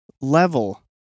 level